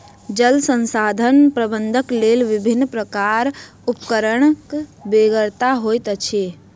जल संसाधन प्रबंधनक लेल विभिन्न प्रकारक उपकरणक बेगरता होइत अछि